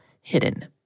hidden